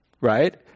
right